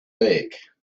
back